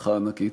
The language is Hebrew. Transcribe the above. הצלחה ענקית.